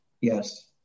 Yes